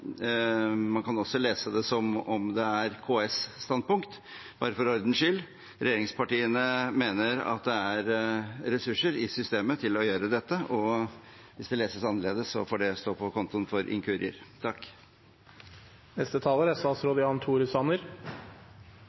Man kan også lese det som om det er KS’ standpunkt. Bare for ordens skyld: Regjeringspartiene mener at det er ressurser i systemet til å gjøre dette, og hvis det leses annerledes, får det stå på kontoen for inkurier. Selv om det er